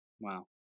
Wow